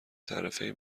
تعرفه